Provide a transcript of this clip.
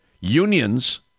Unions